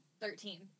thirteen